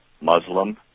Muslim